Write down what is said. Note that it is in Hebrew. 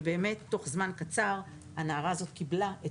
ובאמת תוך זמן קצר הנערה הזו קיבלה את